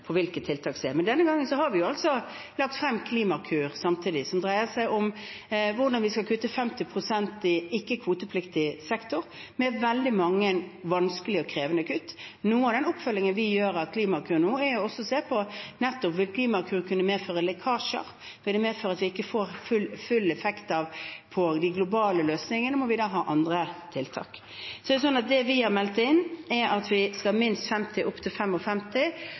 på hvilke tiltak som gjelder. Men denne gangen har vi lagt frem Klimakur samtidig, som dreier seg om hvordan vi skal kutte 50 pst. i ikke-kvotepliktig sektor, med veldig mange vanskelige og krevende kutt. Noe av den oppfølgingen vi gjør av Klimakur nå, er også å se på nettopp: Vil Klimakur kunne medføre lekkasjer? Vil det medføre at vi ikke får full effekt av de globale løsningene, må vi da ha andre tiltak. Det vi har meldt inn, er at vi skal ha minst 50 pst., opp til